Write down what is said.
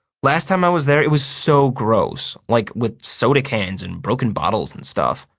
last time i was there it was so gross, like with soda cans and broken bottles and stuff.